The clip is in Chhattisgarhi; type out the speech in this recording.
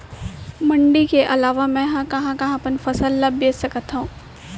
मण्डी के अलावा मैं कहाँ कहाँ अपन फसल ला बेच सकत हँव?